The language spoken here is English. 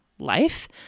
life